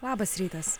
labas rytas